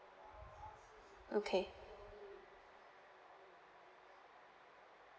okay